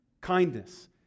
kindness